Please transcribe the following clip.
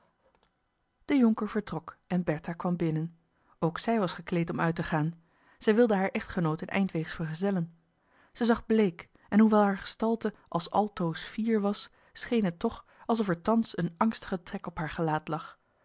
de jonker vertrok en bertha kwam binnen ook zij was gekleed om uit te gaan zij wilde haar echtgenoot een eindweegs vergezellen zij zag bleek en hoewel hare gestalte als altoos fier was scheen het toch alsof er thans een angstige trek op haar gelaat lag